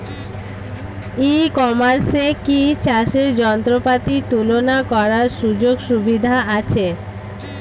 ই কমার্সে কি চাষের যন্ত্রপাতি তুলনা করার সুযোগ সুবিধা আছে?